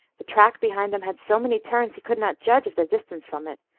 the track behind them had so many turns, he could not judge of their distance from it,